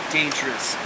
dangerous